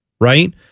right